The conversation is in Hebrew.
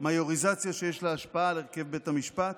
מיוריזציה שיש לה השפעה על הרכב בית המשפט,